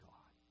God